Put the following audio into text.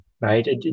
right